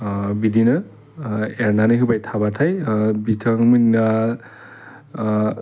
बिदिनो एरनानै होबाय थाबाथाय बिथांमोना